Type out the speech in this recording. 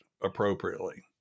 appropriately